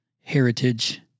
heritage